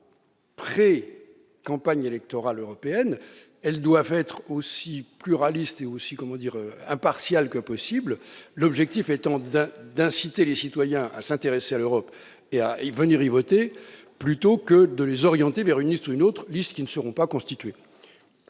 dérouleront d'avril à octobre, elles doivent être aussi pluralistes et aussi impartiales que possible, l'objectif étant d'inciter les citoyens à s'intéresser à l'Europe et à participer au vote plutôt que de les orienter vers une liste ou une autre, listes qui ne seront pas encore constituées.